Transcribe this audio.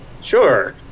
sure